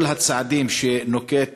כל הצעדים שנוקט